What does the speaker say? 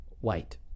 White